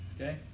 Okay